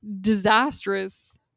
disastrous